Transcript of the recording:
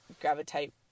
gravitate